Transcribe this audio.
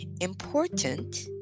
Important